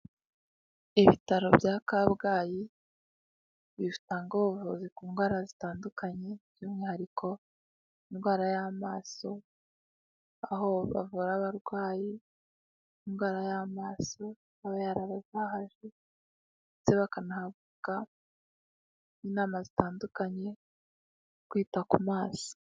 Ibitaro bya Kabgayi bitanga ubuvuzi ku ndwara zitandukanye, by'umwihariko indwara y'amaso, aho bavura abarwayi, indwara y'amaso, aba yarabazahaje ndetse bakanahabwa inama zitandukanye, kwita ku maso.